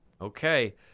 okay